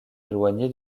éloigné